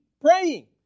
praying